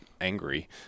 angry